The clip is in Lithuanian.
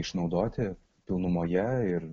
išnaudoti pilnumoje ir